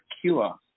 cure